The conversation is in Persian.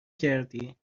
کردی